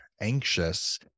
anxious